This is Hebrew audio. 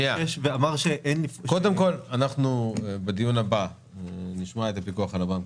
וביקש ואמר --- קודם כל אנחנו בדיון הבא נשמע את הפיקוח על הבנקים.